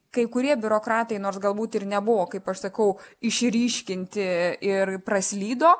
kai kurie biurokratai nors galbūt ir nebuvo kaip aš sakau išryškinti ir praslydo